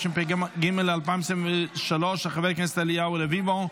התשפ"ג 2023, של חבר הכנסת אליהו רביבו,